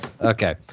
Okay